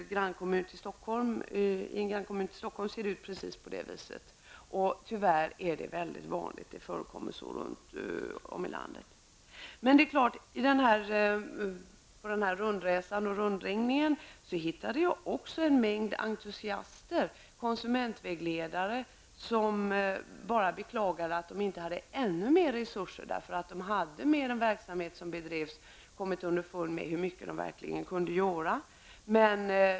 I en grannkommun till Stockholm ser det ut på det sättet. Tyvärr är det mycket vanligt. Det förekommer runt om i landet. Genom min rundresa och rundringning hittade jag förstås också en mängd entusiaster, konsumentvägledare som bara beklagade att de inte hade ännu mer resurser. De bedriver verksamhet och hade kommit underfund med hur mycket de verkligen skulle kunna göra.